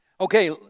Okay